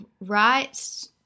right